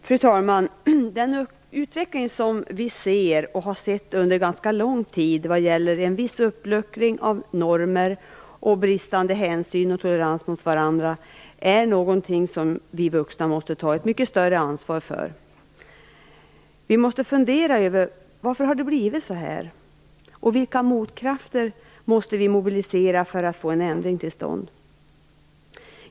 Fru talman! Den utveckling som vi ser och har sett under ganska lång tid när gäller en viss uppluckring av normer samt bristande hänsyn och tolerans är något som vi måste ta mycket större ansvar för. Vi måste fundera över varför det har blivit så här och vilka motkrafter vi måste mobilisera för att få en ändring till stånd.